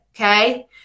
Okay